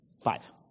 five